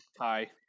Hi